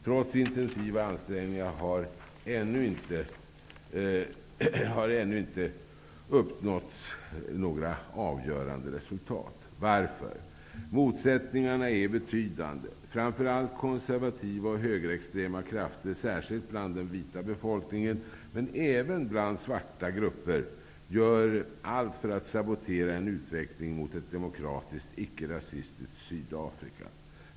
Trots intensiva ansträngningar har man ännu inte uppnått några avgörande resultat. Varför? Motsättningarna är betydande. Framför allt konservativa och högerextrema krafter, särskilt bland den vita befolkningen men även bland svarta grupper, gör allt för att sabotera en utveckling mot ett demokratiskt, ickerasistiskt Sydafrika.